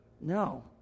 No